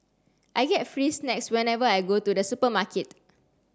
I get free snacks whenever I go to the supermarket